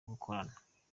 gukorana